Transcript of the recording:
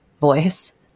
voice